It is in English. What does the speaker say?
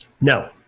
No